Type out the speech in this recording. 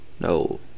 No